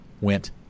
went